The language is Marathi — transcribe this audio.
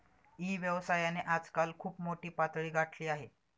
ई व्यवसायाने आजकाल खूप मोठी पातळी गाठली आहे